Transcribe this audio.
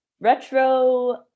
retro